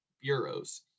bureaus